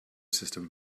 system